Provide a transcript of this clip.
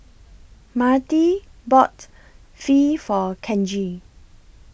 Myrtie bought Pho For Kenji